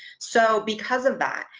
so because of that,